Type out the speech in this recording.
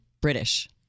British